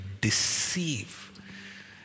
deceive